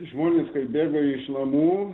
žmonės kai bėga iš namų